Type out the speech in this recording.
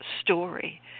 story